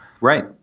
Right